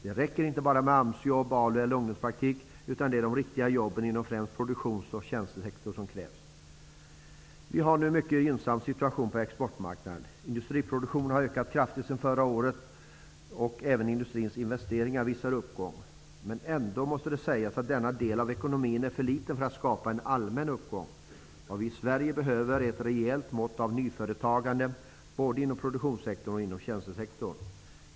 Det räcker inte bara med AMS-jobb, ALU eller ungdomspraktik, utan det är riktiga jobb främst inom produktions och tjänstesektorn som krävs. Vi har nu en mycket gynnsam situation på exportmarknaden. Industriproduktionen har ökat kraftigt sedan förra året och även industrins investeringar visar uppgång. Men ändå måste sägas att denna del av ekonomin är för liten för att skapa en allmän uppgång. Vad vi i Sverige behöver är ett rejält mått av nyföretagande, både inom produktionssektorn och inom tjänstesektorn.